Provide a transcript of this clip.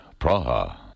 Praha